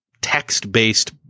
text-based